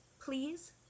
Please